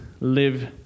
live